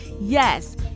yes